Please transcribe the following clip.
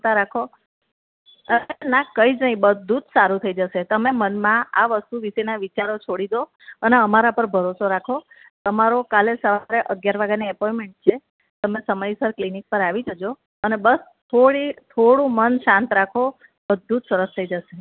ચિંતા રાખો ના કંઈ જ નહીં બધું જ સારું થઈ જશે તમે મનમાં આ વસ્તુ વિશેના વિચારો છોડી દો અને અમારા પર ભરોસો રાખો તમારો કાલે સવારે અગિયાર વાગ્યાની એપોઇન્ટમેન્ટ છે તમે સમયસર ક્લિનિક પર આવી જજો અને બસ થોડી થોડું મન શાંત રાખો બધું જ સરસ થઈ જશે